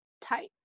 type